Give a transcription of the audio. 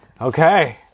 Okay